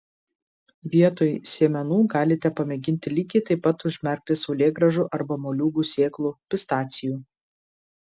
vietoj sėmenų galite pamėginti lygiai taip pat užmerkti saulėgrąžų arba moliūgų sėklų pistacijų